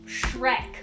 Shrek